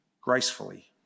gracefully